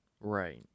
Right